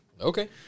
Okay